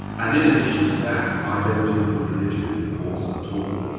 and in addition to that, i don't deal with religion in the course at all,